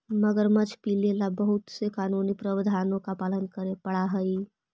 मगरमच्छ पीले ला बहुत से कानूनी प्रावधानों का पालन करे पडा हई